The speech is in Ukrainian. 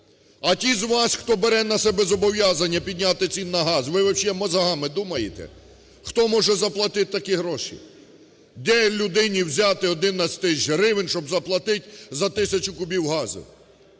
А ті з вас, хто бере на себе зобов'язання підняти ціни на газ, ви вообще мозгами думаєте? Хто може заплатити такі гроші? Де людині взяти 11 тисяч гривень, щоб заплатити за тисячу кубів газу?